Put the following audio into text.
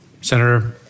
Senator